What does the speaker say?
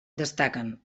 destaquen